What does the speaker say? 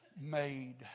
made